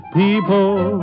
people